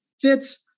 fits